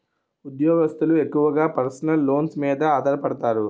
ఉద్యోగస్తులు ఎక్కువగా personal loans మీద ఆధారపడతారు